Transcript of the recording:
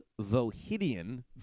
Vohidian